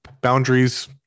boundaries